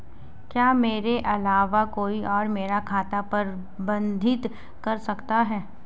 क्या मेरे अलावा कोई और मेरा खाता प्रबंधित कर सकता है?